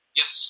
yes